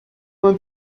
vingt